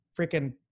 freaking